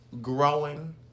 growing